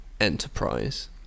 enterprise